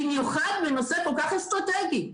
במיוחד בנושא כל כך אסטרטגי.